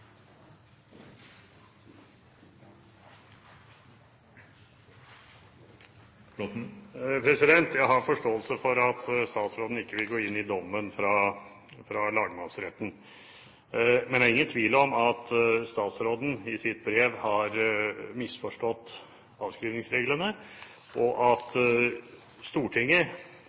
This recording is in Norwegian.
Jeg har forståelse for at statsråden ikke vil gå inn på dommen fra lagmannsretten. Men det er ingen tvil om at statsråden i sitt brev har misforstått avskrivningsreglene, og at Stortinget